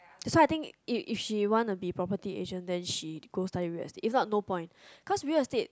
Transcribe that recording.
that's why I think if if she wanna be property agent then she go study real estate if not no point cause real estate